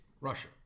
Russia